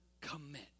commit